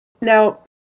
Now